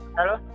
Hello